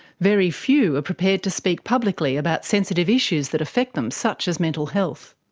very few are prepared to speak publicly about sensitive issues that affect them, such as mental health.